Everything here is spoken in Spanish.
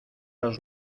los